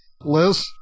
Liz